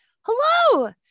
hello